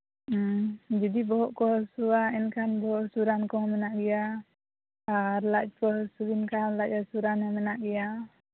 ᱡᱩᱫᱤ ᱵᱚᱦᱚᱜ ᱠᱚ ᱦᱟᱹᱥᱩᱣᱟ ᱮᱱᱠᱷᱟᱱ ᱫᱚ ᱵᱚᱦᱚᱜ ᱦᱟᱹᱥᱩ ᱨᱟᱱ ᱠᱚᱦᱚᱸ ᱢᱮᱱᱟᱜ ᱜᱮᱭᱟ ᱟᱨ ᱞᱟᱡ ᱠᱚ ᱦᱟᱹᱥᱩ ᱵᱤᱱ ᱠᱷᱟᱡ ᱞᱟᱡ ᱦᱟᱹᱥᱩ ᱨᱟᱱ ᱦᱚᱸ ᱢᱮᱱᱟᱜ ᱜᱮᱭᱟ